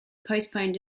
postponed